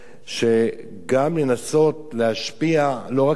גם לנסות להשפיע, לא רק על ילדים.